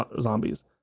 zombies